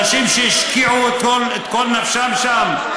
אנשים שהשקיעו את כל נפשם שם.